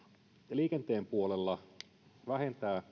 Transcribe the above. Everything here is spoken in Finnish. liikenteen puolella vähentää